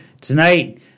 tonight